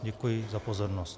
Děkuji za pozornost.